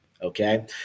Okay